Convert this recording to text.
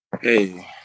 Hey